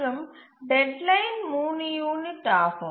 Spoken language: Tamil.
மற்றும் டெட்லைன் 3 யூனிட் ஆகும்